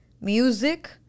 Music